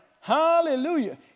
Hallelujah